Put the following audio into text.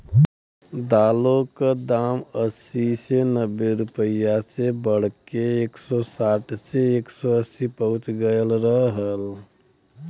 दालों क दाम अस्सी से नब्बे रुपया से बढ़के एक सौ साठ से एक सौ अस्सी पहुंच गयल रहल